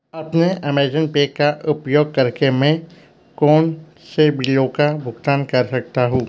अपने Amazon pay का उपयोग करके मैं कौन से बिलों का भुगतान कर सकता हूँ